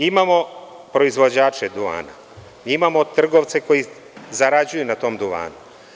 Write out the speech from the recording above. Imamo proizvođače duvana, imamo trgovce koji zarađuju na tom duvanu.